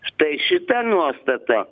štai šita nuostata